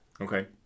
Okay